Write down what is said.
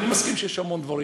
אני מסכים שיש המון דברים,